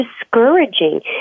discouraging